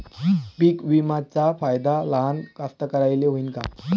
पीक विम्याचा फायदा लहान कास्तकाराइले होईन का?